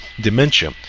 dementia